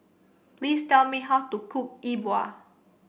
please tell me how to cook E Bua